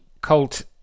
Colt